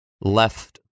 left